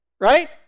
Right